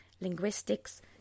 linguistics